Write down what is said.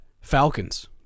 Falcons